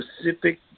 specific